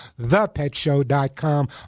thepetshow.com